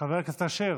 חבר הכנסת אשר.